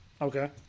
Okay